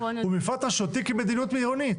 הוא מפרט רשותי כמדיניות עירונית.